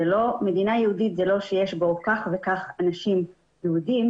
מדינה יהודית זה לא שיש בה כך וכך אנשים יהודים,